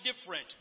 different